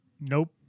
Nope